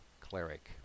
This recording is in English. cleric